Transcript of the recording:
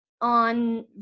on